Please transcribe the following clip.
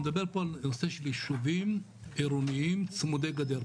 אני אדבר על הנושא של ישובים עירוניים צמודי גדר.